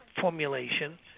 formulation